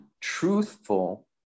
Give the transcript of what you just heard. truthful